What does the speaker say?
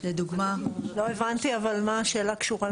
לא הבנתי, אבל מה השאלה קשורה?